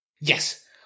Yes